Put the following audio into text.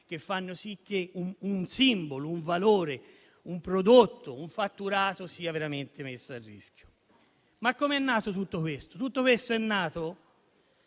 che fanno sì che un simbolo, un valore, un prodotto e un fatturato siano veramente messi a rischio. Ma com'è nato tutto questo? È nato